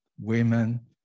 women